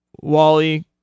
Wally